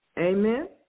Amen